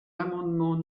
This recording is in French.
l’amendement